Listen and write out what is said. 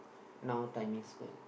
now time in school